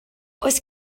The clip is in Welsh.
oes